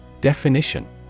Definition